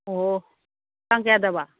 ꯑꯣ ꯇꯥꯡ ꯀꯌꯥꯗꯕ